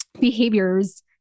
behaviors